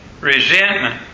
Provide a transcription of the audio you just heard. resentment